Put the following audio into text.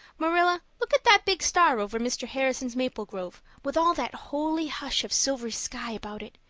marilla, look at that big star over mr. harrison's maple grove, with all that holy hush of silvery sky about it.